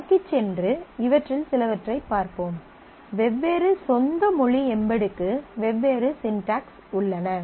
முன்னோக்கிச் சென்று இவற்றில் சிலவற்றைப் பார்ப்போம் வெவ்வேறு சொந்த மொழி எம்பெட்க்கு வெவ்வேறு ஸிண்டக்ஸ் உள்ளன